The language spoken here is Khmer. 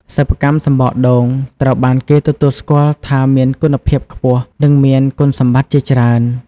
សិប្បកម្មសំបកដូង ត្រូវបានគេទទួលស្គាល់ថាមានគុណភាពខ្ពស់ និងមានគុណសម្បត្តិជាច្រើន។